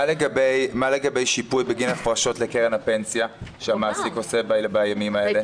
מה לגבי שיפוי בגין הפרשות לקרן הפנסיה שהמעסיק עושה בימים האלה?